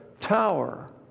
tower